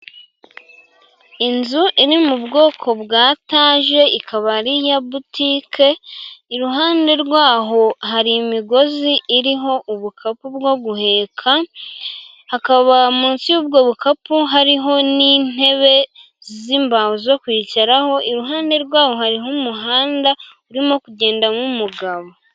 Inzu iri mu bwoko bwa etaje, ikaba ari iya butike, iruhande rwaho hari imigozi iriho ubukapu bwo guheka, hakaba munsi y'ubwo bukapu hariho n'intebe z'imbaho zo kwicaraho, iruhande rwaho hari umuhanda urimo kugendamo umugabo.